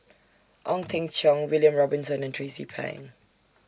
Ong Teng Cheong William Robinson and Tracie Pang